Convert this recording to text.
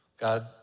God